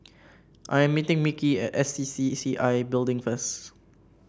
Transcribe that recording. I am meeting Mickey at S C C C I Building first